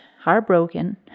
heartbroken